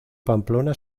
pamplona